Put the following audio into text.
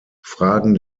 fragen